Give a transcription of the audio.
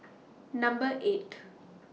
Number eight